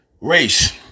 race